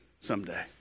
someday